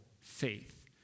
faith